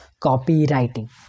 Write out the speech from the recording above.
copywriting